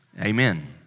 Amen